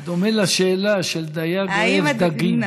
זה דומה לשאלה של דייג אוהב דגים.